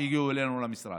שהגיעו אלינו למשרד.